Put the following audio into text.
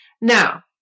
Now